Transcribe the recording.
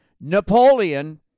Napoleon